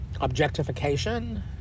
objectification